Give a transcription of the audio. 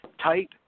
Tight